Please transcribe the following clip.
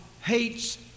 hates